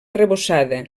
arrebossada